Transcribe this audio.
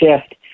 shift